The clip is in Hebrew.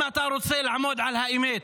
אם אתה רוצה לעמוד על האמת.